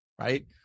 right